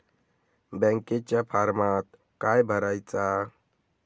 बँकेच्या फारमात काय भरायचा?